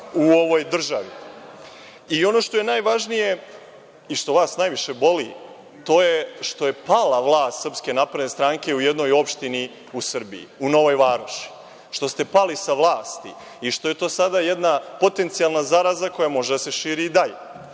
što je najvažnije i što vas najviše boli to je što je pala vlast SNS u jednoj opštini u Srbiji, u Novoj Varoši, što ste pali sa vlasti i što je to sada jedna potencijalna zaraza koja sada može da se širi